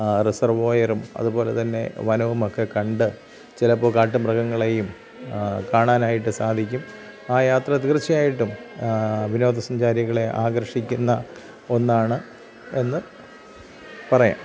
റിസെർവോയറും അതുപോലെതന്നെ വനവും ഒക്കെ കണ്ട് ചിലപ്പോൾ കാട്ട് മൃഗങ്ങളെയും കാണാനായിട്ട് സാധിക്കും ആ യാത്ര തീർച്ചയായിട്ടും വിനോദസഞ്ചാരികളെ ആകർഷിക്കുന്ന ഒന്നാണ് എന്ന് പറയാം